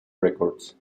records